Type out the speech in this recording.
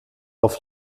auf